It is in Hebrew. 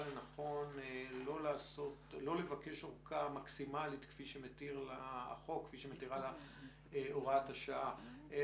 לנכון לא לבקש ארכה מקסימלית כפי שמתירה לה הוראת השעה,